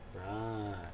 Right